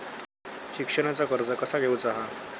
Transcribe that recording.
शिक्षणाचा कर्ज कसा घेऊचा हा?